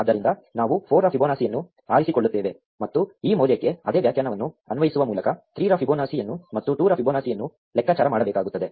ಆದ್ದರಿಂದ ನಾವು 4 ರ ಫಿಬೊನಾಸಿಯನ್ನು ಆರಿಸಿಕೊಳ್ಳುತ್ತೇವೆ ಮತ್ತು ಈ ಮೌಲ್ಯಕ್ಕೆ ಅದೇ ವ್ಯಾಖ್ಯಾನವನ್ನು ಅನ್ವಯಿಸುವ ಮೂಲಕ 3 ರ ಫಿಬೊನಾಸಿಯನ್ನು ಮತ್ತು 2 ರ ಫಿಬೊನಾಸಿಯನ್ನು ಲೆಕ್ಕಾಚಾರ ಮಾಡಬೇಕಾಗುತ್ತದೆ